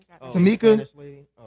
Tamika